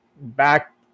back